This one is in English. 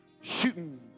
Shooting